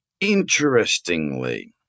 interestingly